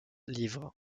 livres